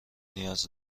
نیاز